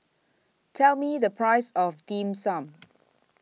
Tell Me The Price of Dim Sum